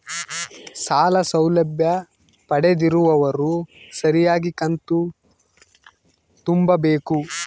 ಸಾಲ ಸೌಲಭ್ಯ ಪಡೆದಿರುವವರು ಸರಿಯಾಗಿ ಕಂತು ತುಂಬಬೇಕು?